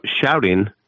shouting